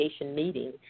meeting